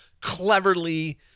cleverly